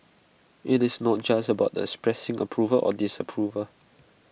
IT is not just about expressing approval or disapproval